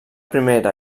primera